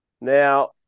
Now